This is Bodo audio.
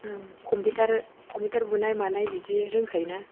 उम कमपिउटार कमपिउटार बुनाय मानाय बिदि रोंखायो ना